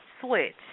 switch